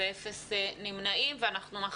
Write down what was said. אם יהיו